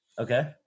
Okay